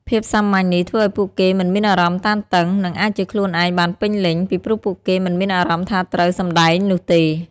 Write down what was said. ភាពសាមញ្ញនេះ ធ្វើឲ្យពួកគេមិនមានអារម្មណ៍តានតឹង និងអាចជាខ្លួនឯងបានពេញលេញ ពីព្រោះពួកគេមិនមានអារម្មណ៍ថាត្រូវ 'សម្ដែង' នោះទេ។